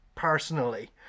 personally